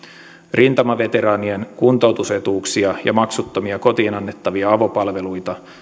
rintamaveteraanien kuntoutusetuuksia ja maksuttomia kotiin annettavia avopalveluita